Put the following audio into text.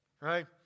right